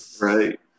Right